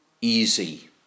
easy